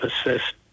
assist